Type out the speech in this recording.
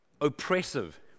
oppressive